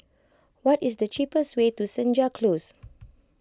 what is the cheapest way to Senja Close